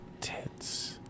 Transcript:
Tits